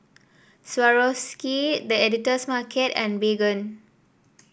Swarovski The Editor's Market and Baygon